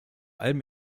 allem